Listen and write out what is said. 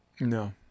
No